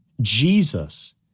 Jesus